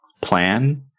plan